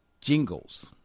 jingles